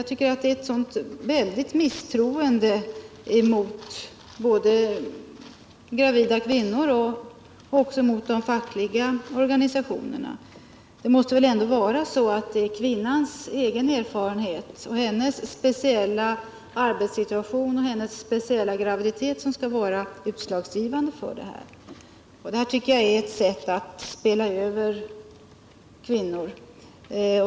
Jag tycker att det innebär ett väldigt misstroende mot både gravida kvinnor och de fackliga organisationerna. Det måste väl ändå vara kvinnans egen erfarenhet, hennes speciella arbetssituation och hennes speciella graviditet som skall vara utslagsgivande. Det här förslaget är, tycker jag, ett sätt att spela över kvinnor.